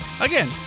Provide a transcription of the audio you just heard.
Again